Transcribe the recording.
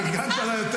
פרגנת לה יותר מדי.